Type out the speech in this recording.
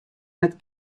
net